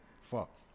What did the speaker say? Fuck